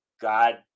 god